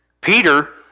Peter